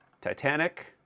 titanic